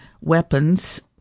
weapons